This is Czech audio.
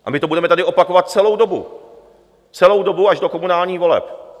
A my to budeme tady opakovat celou dobu, celou dobu až do komunálních voleb.